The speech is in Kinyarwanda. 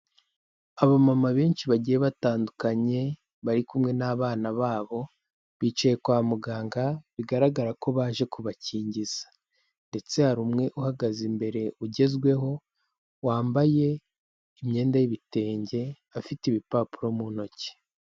Abamama benshi bagiye batandukanye bari kumwe n'abana babo, biciye kwa muganga bigaragara ko baje kubakingiza ndetse hari umwe uhagaze imbere ugezweho, wambaye imyenda y'ibitenge afite ibipapuro mu ntoki.